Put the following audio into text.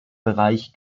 bereich